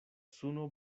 suno